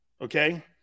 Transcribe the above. Okay